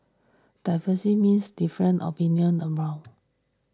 diversity means different opinion abound